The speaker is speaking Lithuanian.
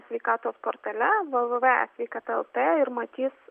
sveikatos portale v v v e sveikata lt ir matys